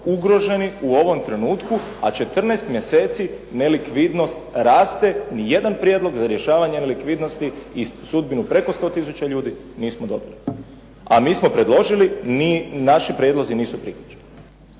ugroženi u ovom trenutku a 14 mjeseci nelikvidnost raste, nijedan prijedlog za rješavanje likvidnosti i sudbinu preko 100 tisuća ljudi nismo dobili a mi smo predložili, naši prijedlozi nisu prihvaćeni.